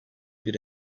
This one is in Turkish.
bir